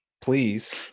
please